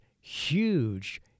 huge